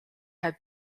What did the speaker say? had